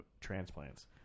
transplants